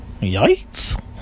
Yikes